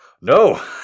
No